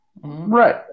Right